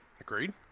Agreed